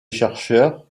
chercheurs